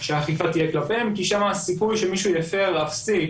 שהאכיפה תהיה כלפיהם כי שם הסיכוי שמישהו יפר אפסי,